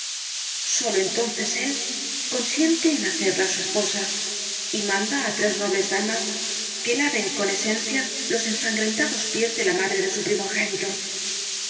sólo entonces él consiente en hacerla su esposa y manda á tres nobles damas que laven con esencias los ensangrentados pies de la madre de su primogénito